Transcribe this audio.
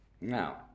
Now